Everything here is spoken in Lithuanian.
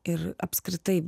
ir apskritai